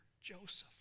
Joseph